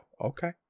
Okay